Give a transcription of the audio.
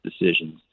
decisions